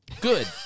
Good